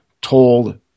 told